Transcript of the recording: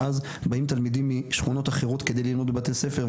ואז באים תלמידים משכונות אחרות כדי ללמוד בבתי הספר,